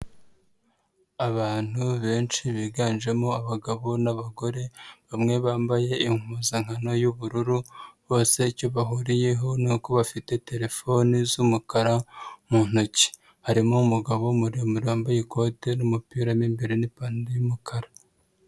Abantu benshi biganjemo abagabo n'abagore, bamwe bambaye impuzankano y'ubururu, bose icyo bahuriyeho nuko bafite telefone z'umukara mu ntoki. Harimo umugabo muremure wambaye ikote n'umupira mo imbere n'ipantaro y'umukara.